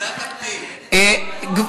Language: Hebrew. ועדת הכנסת נתקבלה.